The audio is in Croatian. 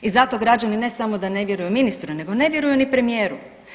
I zato građani ne samo da ne vjeruju ministru, nego ne vjeruju ni premijeru.